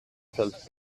felt